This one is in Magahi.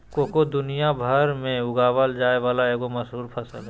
कोको दुनिया भर में उगाल जाय वला एगो मशहूर फसल हइ